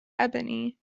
ebony